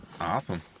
Awesome